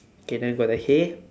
K then got the hay